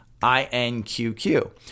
INQQ